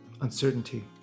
uncertainty